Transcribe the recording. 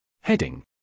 Heading